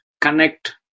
connect